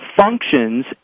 functions